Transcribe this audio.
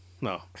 No